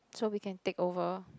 so we can take over